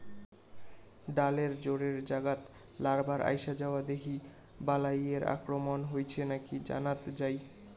ডালের জোড়ের জাগাত লার্ভার আইসা যাওয়া দেখি বালাইয়ের আক্রমণ হইছে নাকি জানাত যাই